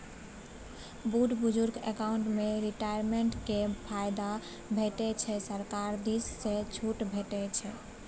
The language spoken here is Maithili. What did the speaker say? बुढ़ बुजुर्ग अकाउंट मे रिटायरमेंट केर फायदा भेटै छै सरकार दिस सँ छुट भेटै छै